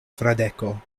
fradeko